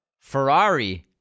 Ferrari